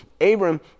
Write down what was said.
Abram